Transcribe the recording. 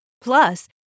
Plus